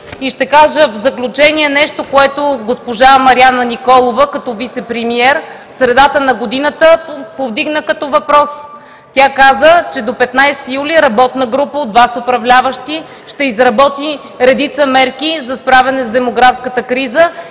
Ще кажа в заключение нещо, което госпожа Марияна Николова, като вицепремиер, в средата на годината повдигна като въпрос. Тя каза, че до 15 юли работна група от Вас, управляващи, ще изработи редица мерки за справяне с демографската криза.